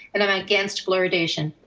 and i'm against fluoridation.